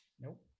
nope